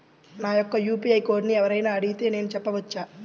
నా యొక్క యూ.పీ.ఐ కోడ్ని ఎవరు అయినా అడిగితే నేను చెప్పవచ్చా?